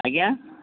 ଆଜ୍ଞା